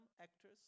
actors